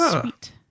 Sweet